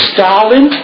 Stalin